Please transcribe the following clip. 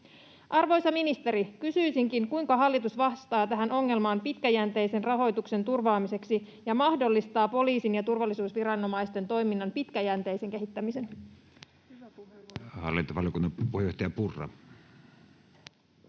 Arvoisa ministeri, kysyisinkin: kuinka hallitus vastaa tähän ongelmaan pitkäjänteisen rahoituksen turvaamiseksi ja mahdollistaa poliisin ja turvallisuusviranomaisten toiminnan pitkäjänteisen kehittämisen?